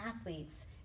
athletes